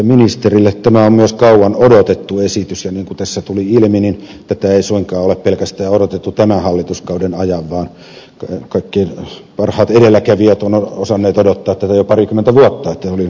tämä on myös kauan odotettu esitys ja niin kuin tässä tuli ilmi niin tätä ei suinkaan ole odotettu pelkästään tämän hallituskauden ajan vaan kaikkein parhaat edelläkävijät ovat osanneet odottaa tätä jo parikymmentä vuotta joten oli nyt korkea aika että tuli